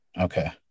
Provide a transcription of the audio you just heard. okay